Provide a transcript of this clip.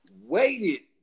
waited